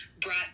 brought